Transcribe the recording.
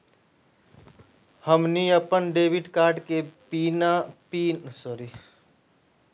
हमनी अपन debit card के पीन केना सेट कर सकली हे?